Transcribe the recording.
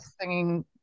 singing